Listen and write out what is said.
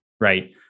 Right